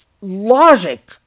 logic